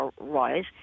rise